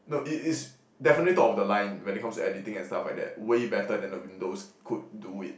no it it's definitely top of the line when it comes to editing and stuff like that way better than the windows could do it